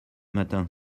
matin